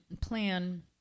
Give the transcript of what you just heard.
plan